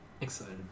Excited